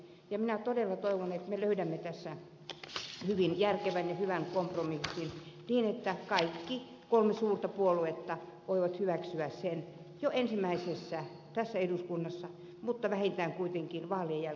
ja minä todella toivon että me löydämme tässä hyvin järkevän ja hyvän kompromissin niin että kaikki kolme suurta puoluetta voivat hyväksyä sen jo tässä eduskunnassa mutta vähintään kuitenkin vaalien jälkeisessä eduskunnassa